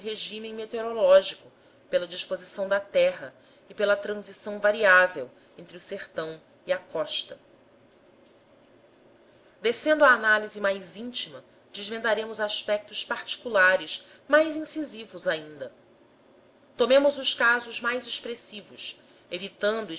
meteorológico pela disposição da terra e pela transição variável entre o sertão e a costa descendo à análise mais íntima desvendaremos aspectos particulares mais incisivos ainda tomemos os casos mais expressivos evitando